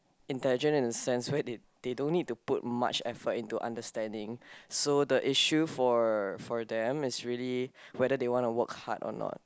intelligent in the sense where they they don't need to put much effort into understanding so the issue for for them is whether they want to work hard or not